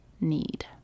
need